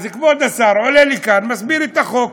כבוד השר עולה לכאן, מסביר את החוק.